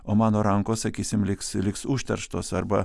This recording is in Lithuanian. o mano rankos sakysim liks liks užterštos arba